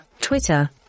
Twitter